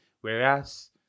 Whereas